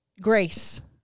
Grace